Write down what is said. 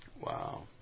Wow